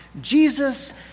Jesus